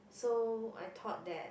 so I thought that